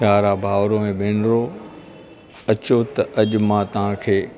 प्यारा भाउरू ऐं भेनरू अचो त अॼु मां तव्हांखे